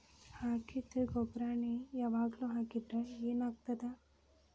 ಹಾಕಿದ್ದ ಗೊಬ್ಬರಾನೆ ಯಾವಾಗ್ಲೂ ಹಾಕಿದ್ರ ಏನ್ ಆಗ್ತದ?